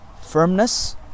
firmness